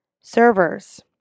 Servers